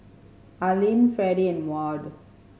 Aylin Fredy and Maud